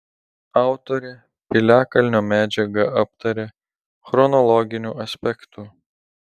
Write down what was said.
autorė piliakalnio medžiagą aptaria chronologiniu aspektu